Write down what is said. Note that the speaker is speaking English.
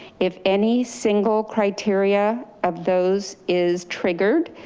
if any single criteria of those is triggered,